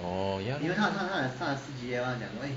orh ya lah